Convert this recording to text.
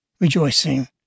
rejoicing